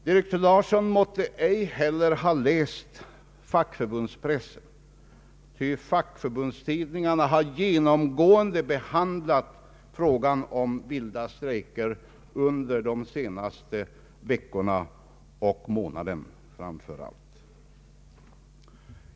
Direktör Larsson måtte ej heller ha läst fackförbundspressen, ty = fackförbundstidningarna har genomgående behandlat frågan om vilda strejker under de senaste veckorna.